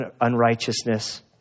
unrighteousness